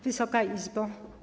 Wysoka Izbo!